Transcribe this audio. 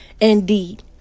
indeed